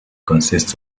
consists